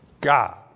God